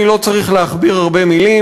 אני לא צריך להכביר מילים,